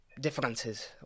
differences